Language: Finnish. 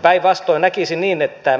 päinvastoin näkisin niin että